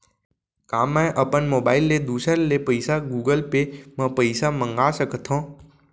का मैं अपन मोबाइल ले दूसर ले पइसा गूगल पे म पइसा मंगा सकथव?